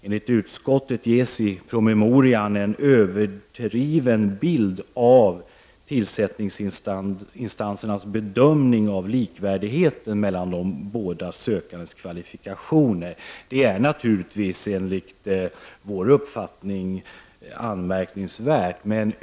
Enligt utskottet gesi promemorian en överdriven bild av tillsättningsinstansernas bedömning av likvärdigheten när det gäller de båda sökandenas kvalifikationer. Det är naturligtvis enligt vår uppfattning anmärkningsvärt.